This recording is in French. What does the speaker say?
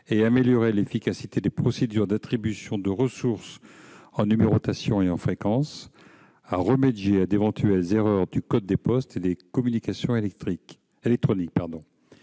à améliorer l'efficacité des procédures d'attribution de ressources en numérotation et en fréquence et à remédier à d'éventuelles erreurs du code des postes et des communications électroniques.